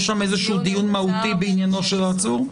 יש שם דיון מהותי בעניינו של העצור?